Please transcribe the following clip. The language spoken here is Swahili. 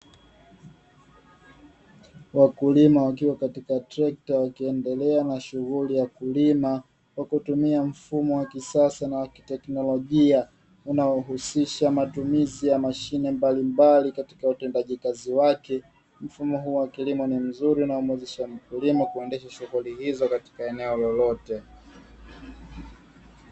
Wakulima wakiwa katika trekta wakiendelea na shughuli ya kulima, kwa kutumia mfumo wa kisasa na wa kiteknolojia unaohusisha matumizi ya mashine mbalimbali katika utendaji kazi wake. Mfumo huu wa kilimo ni mzuri unaomwezesha mkulima kuendesha shughuli hizo katika eneo lolote.